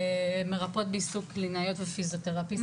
מרפאות בעיסוק, קלינאיות ופיזיותרפיסטיות